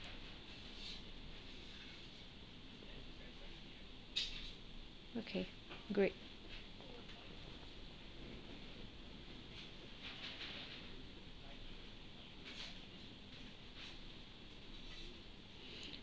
okay great